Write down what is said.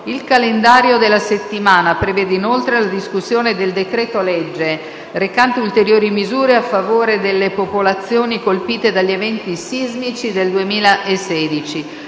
Il calendario della settimana prevede inoltre la discussione del decreto-legge recante ulteriori misure a favore delle popolazioni colpite dagli eventi sismici del 2016.